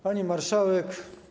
Pani Marszałek!